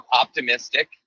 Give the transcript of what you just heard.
optimistic